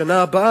בשנה הבאה,